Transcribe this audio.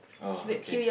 oh okay